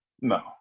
No